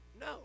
No